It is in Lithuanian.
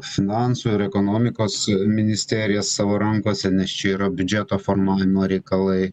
finansų ir ekonomikos ministeriją savo rankose nes čia yra biudžeto formavimo reikalai